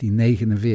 1949